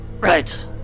Right